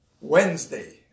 Wednesday